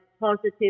positive